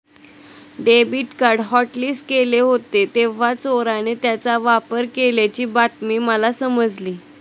जेव्हा debit card hotlist केले होते तेव्हा चोराने त्याचा वापर केल्याची बातमी मला समजली